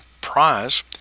prize